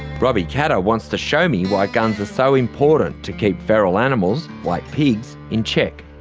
robbie katter wants to show me why guns are so important to keep feral animals like pigs in check.